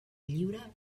lliure